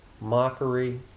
mockery